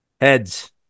Heads